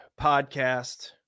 podcast